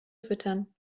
füttern